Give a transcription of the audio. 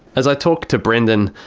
as i talk to brendan,